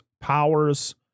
powers